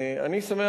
אני שמח,